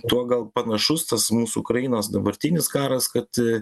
tuo gal panašus tas mūsų ukrainos dabartinis karas kad